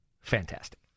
Fantastic